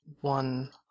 one